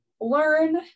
learn